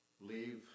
leave